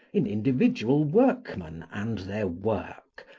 in individual workmen and their work,